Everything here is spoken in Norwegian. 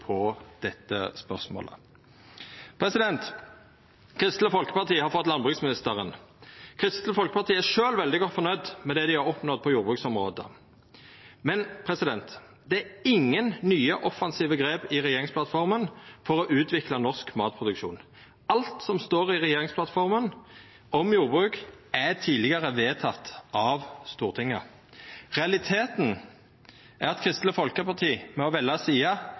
på dette spørsmålet. Kristeleg Folkeparti har fått landbruksministeren. Kristeleg Folkeparti er sjølve veldig godt fornøgde med det dei har oppnådd på jordbruksområdet. Men det er ingen nye offensive grep i regjeringsplattforma for å utvikla norsk matproduksjon. Alt som står i regjeringsplattforma om jordbruk, er tidlegare vedteke av Stortinget. Realiteten er at Kristeleg Folkeparti, ved å velja side,